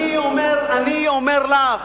אני אומר לך: